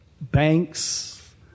banks